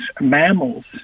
mammals